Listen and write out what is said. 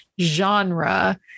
genre